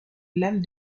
lames